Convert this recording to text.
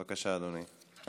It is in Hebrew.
בבקשה, אדוני.